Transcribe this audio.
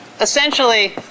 essentially